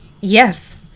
Yes